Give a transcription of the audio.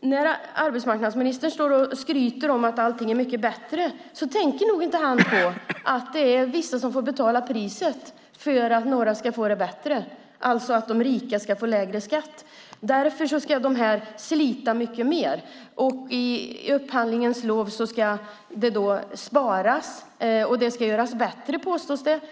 När arbetsmarknadsministern står och skryter om att allting är mycket bättre tänker han nog inte på att det är vissa som får betala priset för att några ska få det bättre, alltså att de rika ska få lägre skatt. Därför ska de här kvinnorna slita mycket mer. I upphandlingens namn ska det sparas, och det ska göras bättre, påstås det.